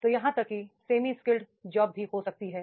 तो यहां तक कि सेमी स्किल्ड जॉब भी हो सकती है